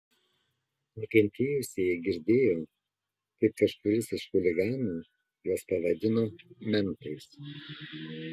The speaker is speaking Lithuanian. nukentėjusieji girdėjo kaip kažkuris iš chuliganų juos pavadino mentais